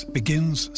begins